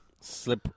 Slip